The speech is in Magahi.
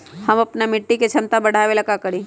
हम अपना मिट्टी के झमता बढ़ाबे ला का करी?